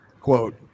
quote